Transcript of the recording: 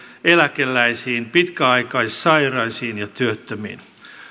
eläkeläisiin pitkäaikaissairaisiin ja työttömiin